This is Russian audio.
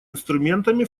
инструментами